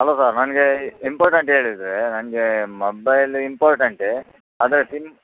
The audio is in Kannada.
ಅಲ್ಲ ಸರ್ ನನಗೆ ಇಂಪಾರ್ಟೆಂಟ್ ಹೇಳಿದ್ರೆ ನನ್ಗೆ ಮೊಬೈಲ್ ಇಂಪಾರ್ಟೆಂಟೆ ಆದರೆ ಸಿಮ್